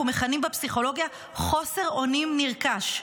מכנים בפסיכולוגיה 'חוסר אונים נרכש':